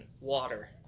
water